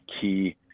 key